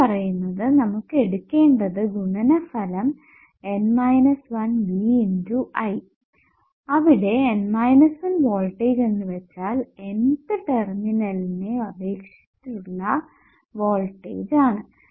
അത് പറയുന്നത് നമുക്ക് എടുക്കേണ്ടത് ഗുണനഫലം N 1 V × I അവിടെ N 1 വോൾടേജ് എന്ന് വെച്ചാൽ Nth ടെർമിനലിനെ അപേക്ഷിച്ചിട്ടുള്ള വോൾടേജ് ആണ്